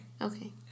Okay